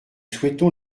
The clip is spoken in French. souhaitons